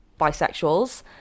bisexuals